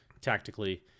tactically